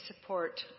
support